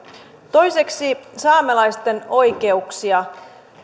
toiseksi saamelaisten oikeuksia